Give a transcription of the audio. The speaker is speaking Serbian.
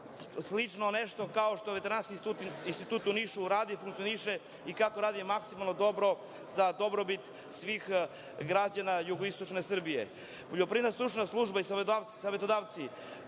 slično kao što Veterinarski institut u Nišu radi i funkcioniše i kako radi maksimalno dobro za dobrobit svih građana jugoistočne Srbije.